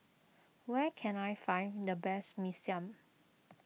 where can I find the best Mee Siam